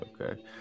okay